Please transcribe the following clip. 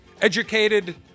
educated